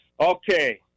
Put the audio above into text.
Okay